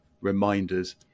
reminders